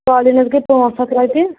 قٲلیٖنَس گٔیے پانٛژھ ہَتھ رۄپیہِ